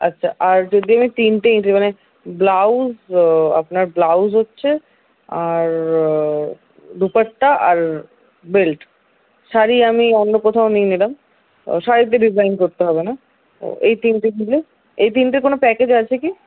আচ্ছা আর যদি আমি তিনটে মানে ব্লাউজ আপনার ব্লাউজ হচ্ছে আর দুপাট্টা আর বেল্ট শাড়ি আমি অন্য কোথাও নিই ম্যাডাম শাড়িতে ডিজাইন করতে হবে না এই তিনটে দিলে এই তিনটের কোনো প্যাকেজ আছে কি